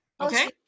okay